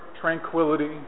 tranquility